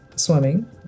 swimming